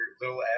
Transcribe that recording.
little